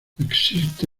existe